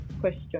question